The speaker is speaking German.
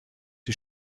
die